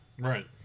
Right